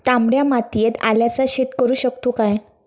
तामड्या मातयेत आल्याचा शेत करु शकतू काय?